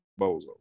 bozo